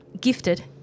gifted